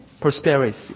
prosperity